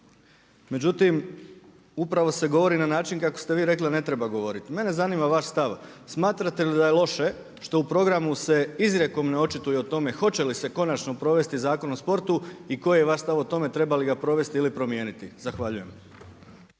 Međutim, upravo se govori na način kako ste vi rekli da ne treba govoriti. Mene zanima vaš stav. Smatrate li da je loše što u programu se izrijekom ne očituje o tome hoće li se konačno provesti Zakon o sportu i koji je vaš stav o tome treba li ga provesti ili promijeniti. Zahvaljujem.